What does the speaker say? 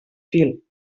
fil